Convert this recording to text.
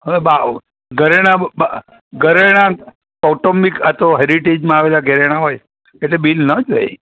અમે બાઓ ઘરેણાં બા ઘરેણાં ઓટોમીક આતો હેરિટેજમાં આવેલાં ઘરેણાં હોય એટલે બીલ ન જ હોય